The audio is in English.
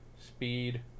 Speed